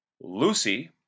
Lucy